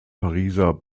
pariser